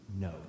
No